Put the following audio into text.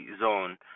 zone